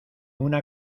una